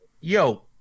Yo